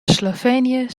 slovenië